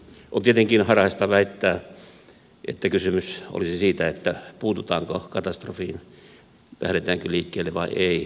on tietenkin harhaista väittää että kysymys olisi siitä puututaanko katastrofiin lähdetäänkö liikkeelle vai ei